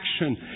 action